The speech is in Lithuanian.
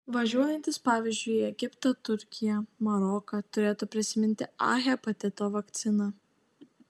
važiuojantys pavyzdžiui į egiptą turkiją maroką turėtų prisiminti a hepatito vakciną